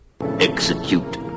Execute